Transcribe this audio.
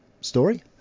story